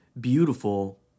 beautiful